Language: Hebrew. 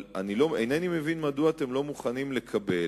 אבל אינני מבין מדוע אתם לא מוכנים לקבל